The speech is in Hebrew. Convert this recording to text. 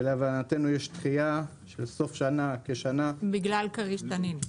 ולהבנתנו יש דחייה של סוף שנה כשנה --- בגלל כריש תנין.